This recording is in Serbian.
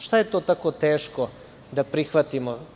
Šta je to tako teško da prihvatimo?